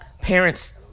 Parents